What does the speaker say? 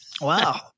Wow